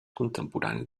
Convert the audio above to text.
contemporani